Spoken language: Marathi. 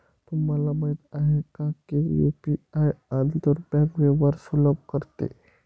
तुम्हाला माहित आहे का की यु.पी.आई आंतर बँक व्यवहार सुलभ करते?